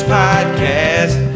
podcast